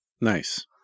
Nice